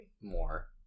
More